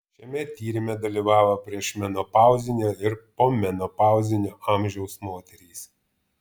šiame tyrime dalyvavo priešmenopauzinio ir pomenopauzinio amžiaus moterys